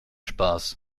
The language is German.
spaß